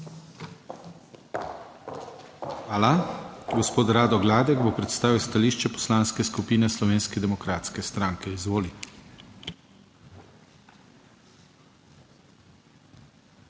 Hvala. Gospod Rado Gladek bo predstavil stališče Poslanske skupine Slovenske demokratske stranke. Izvolite.